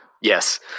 Yes